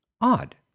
odd